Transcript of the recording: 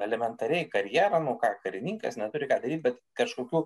elementariai karjera nu ką karininkas neturi bet kažkokių